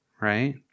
right